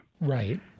Right